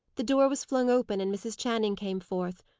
the door was flung open and mrs. channing came forth,